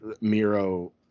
Miro